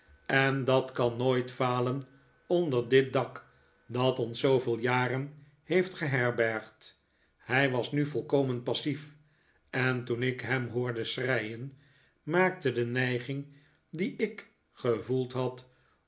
en dat kan nooit falen onder dit dak dat ons zooveel jaren heeft geherbergd hij was nu volkomen passief en toen ik hem hoorde schreien maakte de neiging die ik gevoeld had